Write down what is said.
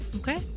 Okay